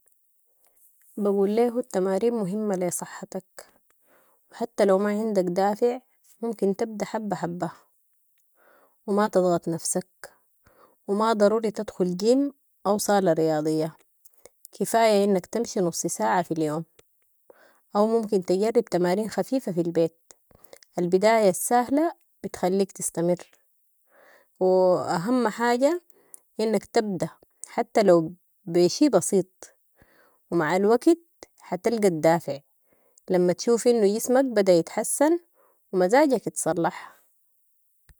بقول ليهو التمارين مهمة لصحتك وحتي لو ماعندك دافع ممكن تبدا حبة حبة وما تضغط نفسك وماضروري تدخل جيم او صالة رياضية كفاية انك تمشي نص ساعة في اليوم او ممكن تجرب تمارين خفيفة في البيت. البداية الساهلة بتخليك تستمر واهم حاجة انك تبدا حتي لو بشي بسيط ومع الوقت حتلقي الدافع، لما تشوف انه جسمك بدا يتحسن ومزاجك اتصلح.